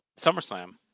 SummerSlam